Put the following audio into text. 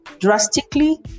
Drastically